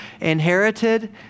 inherited